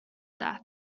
death